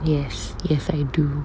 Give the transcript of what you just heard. yes yes I do